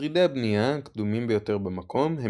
שרידי הבנייה הקדומים ביותר במקום הם